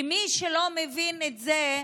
למי שלא מבין את זה,